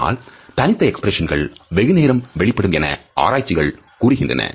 ஆனால் தனித்த எக்ஸ்பிரஷன்ஸ்கள் வெகுநேரம் வெளிப்படும் என ஆராய்ச்சிகள் கூறுகின்றன